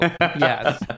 Yes